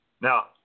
now